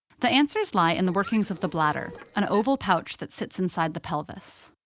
the answers lie in the workings of the bladder, an oval pouch that sits inside the pelvis.